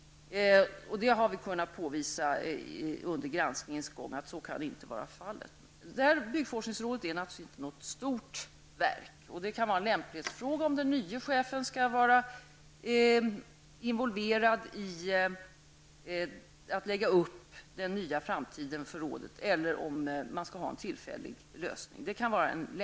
Vi har kunnat påvisa under granskningens gång att så kan inte vara fallet. Byggforskningsrådet är naturligtvis inte något stort verk och det kan vara en lämplighetsfråga om den nye chefen skall vara involverad i att lägga upp den nya framtiden för rådet eller om man skall ha en tillfällig lösning.